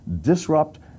disrupt